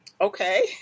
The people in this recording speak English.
Okay